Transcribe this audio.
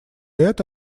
это